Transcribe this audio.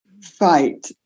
fight